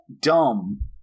dumb